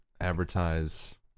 advertise